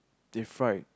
deep fried